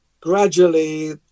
Gradually